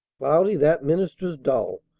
cloudy, that minister's dull.